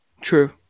True